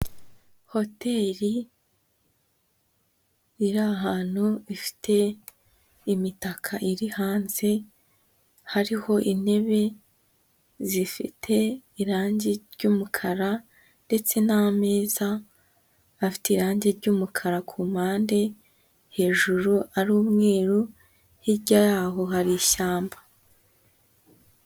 Hoteri iri ahantu ifite imitaka iri hanze, hariho intebe zifite irangi ry'umukara ndetse n'ameza afite irangi ry'umukara ku mpande hejuru ari umweru, hirya yaho hari ishyamba.